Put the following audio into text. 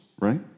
right